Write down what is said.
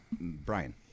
Brian